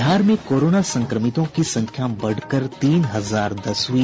बिहार में कोरोना संक्रमितों की संख्या बढ़कर तीन हजार दस हुई